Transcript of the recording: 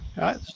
right